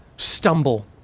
stumble